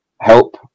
help